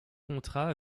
contrats